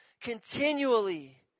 continually